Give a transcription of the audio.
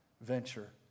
venture